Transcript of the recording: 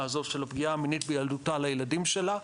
הזאת של הפגיעה המינית בילדותה לילדים שלה,